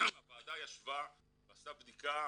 הוועדה ישבה ועשתה בדיקה